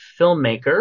filmmaker